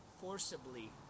forcibly